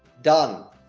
done.